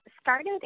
started